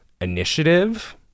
initiative